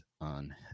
on